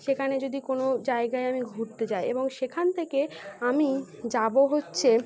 সেখানে যদি কোনো জায়গায় আমি ঘুরতে যাই এবং সেখান থেকে আমি যাব হচ্ছে